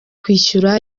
kwishyura